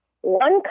one